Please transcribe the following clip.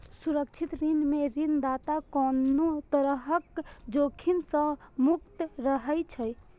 सुरक्षित ऋण मे ऋणदाता कोनो तरहक जोखिम सं मुक्त रहै छै